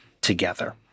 together